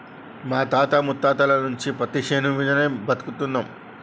మా తాత ముత్తాతల నుంచి పత్తిశేను మీదనే బతుకుతున్నం